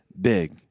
big